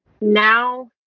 Now